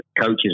coaches